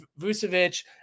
Vucevic